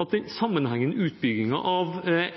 at den sammenhengende utbyggingen av